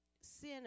sin